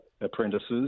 apprentices